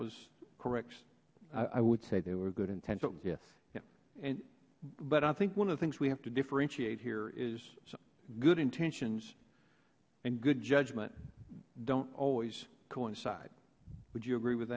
was correct i would say they were good intention gif yeah and but i think one of the things we have to differentiate here is some good intentions and good judgment don't always coincide would you agree with